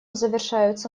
завершаются